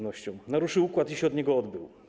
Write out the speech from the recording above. Naruszył układ i się od niego odbił.